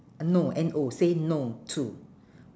uh no N O say no to